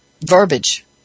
verbiage